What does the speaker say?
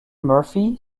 murphy